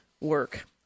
work